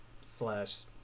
slash